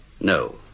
No